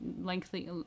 lengthy